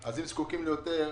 אם זקוקים ליותר,